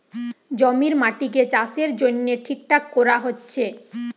জমির মাটিকে চাষের জন্যে ঠিকঠাক কোরা হচ্ছে